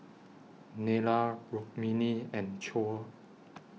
Neila Rukmini and Choor